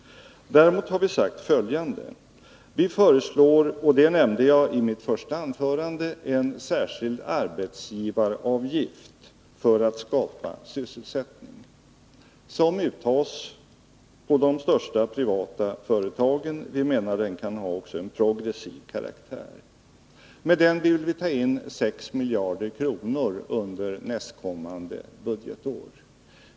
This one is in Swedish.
Däremot har vi sagt följande. Vi föreslår — och det nämnde jag i mitt första anförande — för att skapa sysselsättning en särskild arbetsgivaravgift, som skall uttas på de största privata företagen. Vi menar att den också kan ha en progressiv karaktär. Med denna avgift vill vi ta in 6 miljarder kronor under nästa budgetår.